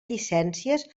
llicències